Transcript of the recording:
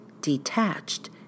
detached